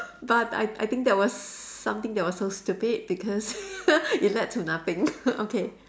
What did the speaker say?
but I I think that was something that was so stupid because it led to nothing okay